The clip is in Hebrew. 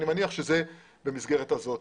אני מניח שזה במסגרת הזאת.